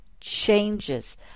changes